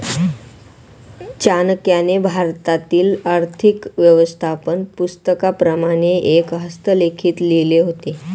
चाणक्याने भारतातील आर्थिक व्यवस्थापन पुस्तकाप्रमाणेच एक हस्तलिखित लिहिले होते